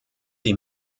die